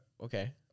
Okay